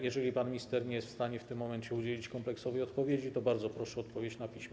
Jeżeli pan minister nie jest w stanie w tym momencie udzielić kompleksowej odpowiedzi, to bardzo proszę o odpowiedź na piśmie.